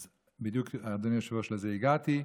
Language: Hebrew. אז בדיוק, אדוני היושב-ראש, לזה הגעתי.